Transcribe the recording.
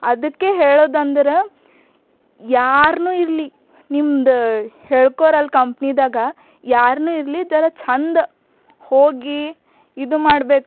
ಅದಕ್ಕೆ ಹೇಳೋದಂದರ ಯಾರುನು ಇರಲಿ ನಿಮ್ದು ಹೇಳ್ಕೊರಲ ಕಂಪ್ನಿದಾಗ ಯಾರುನು ಇರಲಿ ಜರಾ ಛಂದ್ ಹೋಗಿ ಇದು ಮಾಡ್ಬೇಕು